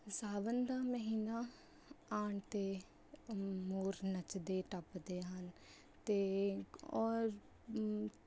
ਸਾਵਨ ਦਾ ਮਹੀਨਾ ਆਉਣ 'ਤੇ ਮੋਰ ਨੱਚਦੇ ਟੱਪਦੇ ਹਨ ਅਤੇ ਔਰ